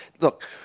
look